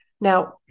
Now